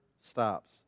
stops